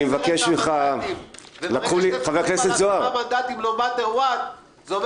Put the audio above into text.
--- 10 מנדטים לעומת --- זה אומר